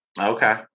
Okay